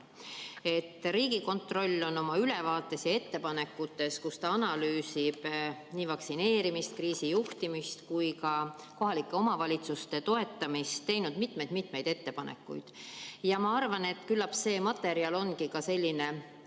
Riigikontroll on oma ülevaates, kus ta analüüsib nii vaktsineerimist, kriisijuhtimist kui ka kohalike omavalitsuste toetamist, teinud mitmeid-mitmeid ettepanekuid. Ja ma arvan, et küllap see materjal ongi selline